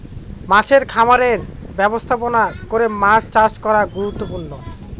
মাছের খামারের ব্যবস্থাপনা করে মাছ চাষ করা গুরুত্বপূর্ণ